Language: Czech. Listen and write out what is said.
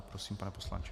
Prosím, pane poslanče.